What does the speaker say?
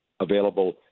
available